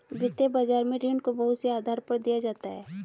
वित्तीय बाजार में ऋण को बहुत से आधार पर दिया जाता है